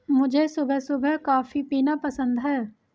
मुझे सुबह सुबह उठ कॉफ़ी पीना पसंद हैं